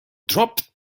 dropped